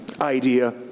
idea